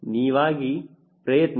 ನೀವಾಗಿ ಪ್ರಯತ್ನಿಸಿ